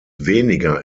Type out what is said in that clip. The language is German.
weniger